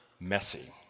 Messy